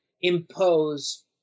impose